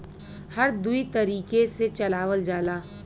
हर दुई तरीके से चलावल जाला